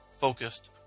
focused